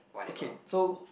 okay so